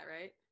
right